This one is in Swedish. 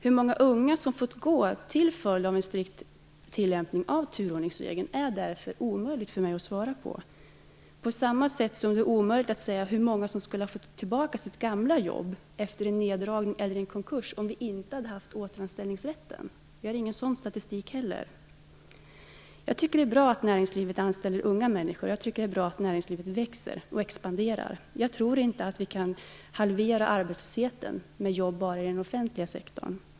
Hur många unga som fått gå till följd av en strikt tillämpning av turordningsregeln är det därför omöjligt för mig att svara på. På samma sätt är det omöjligt att svara på hur många som skulle ha fått tillbaka sitt gamla jobb efter en neddragning eller konkurs om vi inte hade haft återanställningsrätten. Någon sådan statistik finns det inte heller. Jag tycker det är bra att näringslivet anställer unga människor. Jag tycker också att det är bra att näringslivet växer och expanderar. Jag tror inte att vi kan halvera arbetslösheten bara med jobb inom den offentliga sektorn.